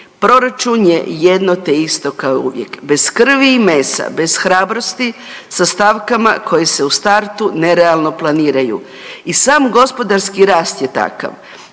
proračun je jedno te isto kao i uvijek bez krvi i mesa, bez hrabrosti sa stavkama koje se u startu nerealno planiraju i sam gospodarski rast je takav,